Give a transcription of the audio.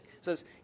says